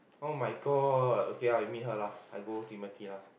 [oh]-my-god okay lah you meet her lah I go Timothy lah